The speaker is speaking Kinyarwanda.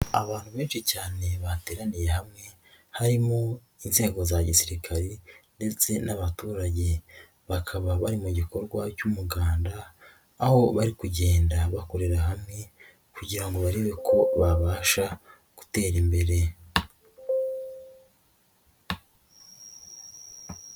Abantu benshi cyane bateraniye hamwe, harimo inzego za gisirikare ndetse n'abaturage. Bakaba bari mu gikorwa cy'umuganda, aho bari kugenda bakorera hamwe kugira ngo barebe ko babasha gutera imbere.